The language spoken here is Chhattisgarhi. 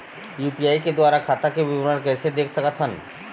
यू.पी.आई के द्वारा खाता के विवरण कैसे देख सकत हन?